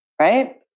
right